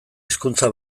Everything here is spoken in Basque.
hizkuntza